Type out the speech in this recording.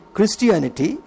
Christianity